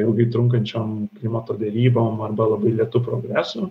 ilgai trunkančiam klimato derybom arba labai lėtu progresu